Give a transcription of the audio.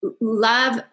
love